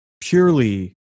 purely